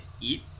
eat